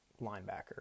linebacker